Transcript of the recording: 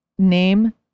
name